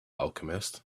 alchemist